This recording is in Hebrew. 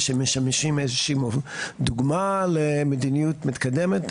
ושהם משמשים איזושהי דוגמה למדיניות מתקדמת.